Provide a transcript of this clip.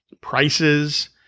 prices